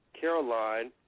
Caroline